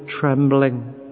trembling